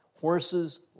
Horses